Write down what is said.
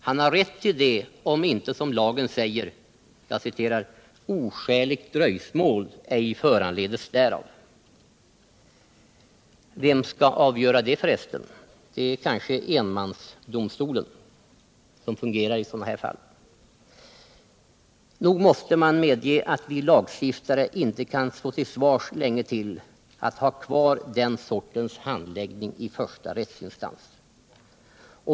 Han har rätt till det om, som lagen säger, ”oskäligt dröjsmål ej föranledes därav”. Vem skall avgöra det för resten? Det är kanske enmansdomstolen som fungerar i sådana här fall. Nog måste man medge att vi lagstiftare inte kan stå till svars länge till för att ha kvar den här sortens handläggning i första rättsinstans.